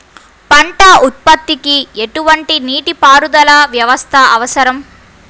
పంట ఉత్పత్తికి ఎటువంటి నీటిపారుదల వ్యవస్థ అవసరం?